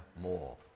more